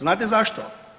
Znate zašto?